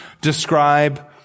describe